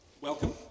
welcome